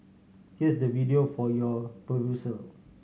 here's the video for your perusal